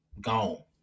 gone